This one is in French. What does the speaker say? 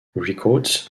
records